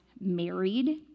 married